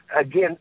again